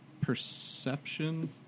perception